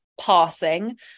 passing